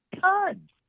tons